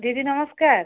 ଦିଦି ନମସ୍କାର